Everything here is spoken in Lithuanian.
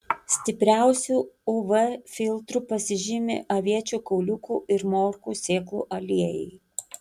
stipriausiu uv filtru pasižymi aviečių kauliukų ir morkų sėklų aliejai